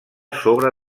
sobre